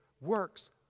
works